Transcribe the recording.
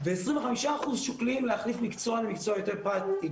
ו-25% שוקלים להחליף מקצוע למקצוע יותר פרקטי.